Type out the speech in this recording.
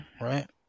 right